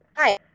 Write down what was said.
Hi